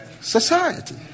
society